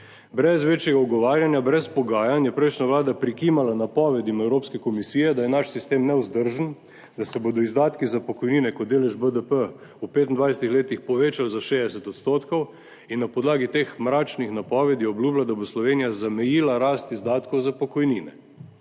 Brez večjega ugovarjanja, brez pogajanj je prejšnja vlada prikimala napovedim Evropske komisije, da je naš sistem nevzdržen, da se bodo izdatki za pokojnine kot delež BDP v 25 letih povečali za 60 %. Na podlagi teh mračnih napovedi je obljubila, da bo Slovenija zamejila rast izdatkov za pokojnine.